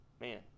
Man